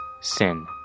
Sin